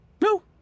No